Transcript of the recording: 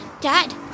Dad